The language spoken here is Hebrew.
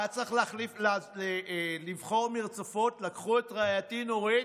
היה צריך לבחור מרצפות, לקחו את רעייתי, נורית,